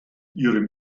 ihrem